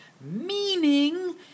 meaning